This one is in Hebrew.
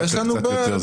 היה צריך קצת יותר.